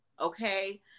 Okay